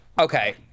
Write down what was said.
Okay